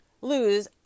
lose